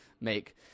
make